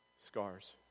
Scars